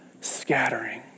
scattering